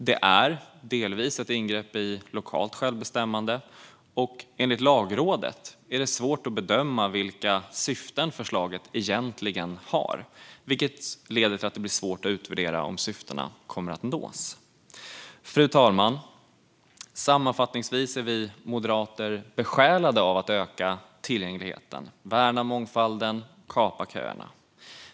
Det är delvis ett ingrepp i lokalt självbestämmande, och det är enligt Lagrådet svårt att bedöma vilka syften förslaget egentligen har, vilket leder till att det blir svårt att utvärdera om syftena kommer att nås. Fru talman! Sammanfattningsvis är vi moderater besjälade av att öka tillgängligheten, värna mångfalden och kapa köerna.